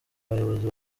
bayobozi